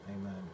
amen